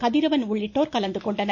கதிரவன் உள்ளிட்டோர் கலந்துகொண்டனர்